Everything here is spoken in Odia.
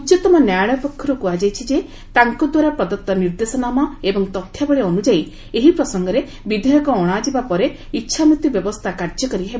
ଉଚ୍ଚତମ ନ୍ୟାୟାଳୟ ପକ୍ଷରୁ କୁହାଯାଇଛି ଯେ ତାଙ୍କ ଦ୍ୱାରା ପ୍ରଦତ୍ତ ନିର୍ଦ୍ଦେଶାନାମା ଏବଂ ତଥ୍ୟାବଳୀ ଅନ୍ୟଯାୟୀ ଏହି ପ୍ରସଙ୍ଗରେ ବିଧେୟକ ଅଣାଯିବା ପରେ ଇଚ୍ଛାମୃତ୍ୟୁ ବ୍ୟବସ୍ଥା କାର୍ଯ୍ୟକାରୀ ହେବ